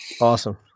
Awesome